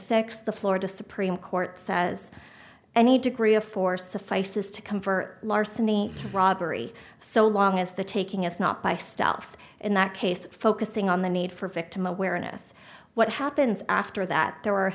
six the florida supreme court says any degree of force suffices to come for larceny robbery so long as the taking us not by stealth in that case focusing on the need for victim awareness what happens after that there